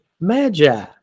Magi